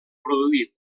produir